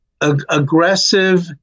aggressive